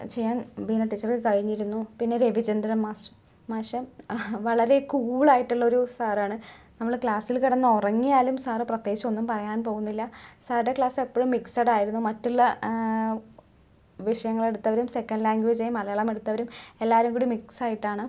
ചെയ്യാൻ ബീന ടീച്ചർക്ക് കഴിഞ്ഞിരുന്നു പിന്നെ രവിചന്ദ്രൻ മാസ്റ്ററ് മാഷ് വളരെ കൂളായിട്ടുള്ളൊരു സാറാണ് നമ്മള് ക്ലാസ്സില് കിടന്നുറങ്ങിയാലും സാറ് പ്രത്യേകിച്ചൊന്നും പറയാൻ പോകുന്നില്ല സാറിൻ്റെ ക്ലാസ്സെപ്പോഴും മിക്സെടായിരുന്നു മറ്റുള്ള വിഷയങ്ങളെടുത്തവരും സെക്കന്റ് ലാങ്ഗ്വേജായി മലയാളം എടുത്തവരും എല്ലാവരും കൂടി മിക്സായിട്ടാണ്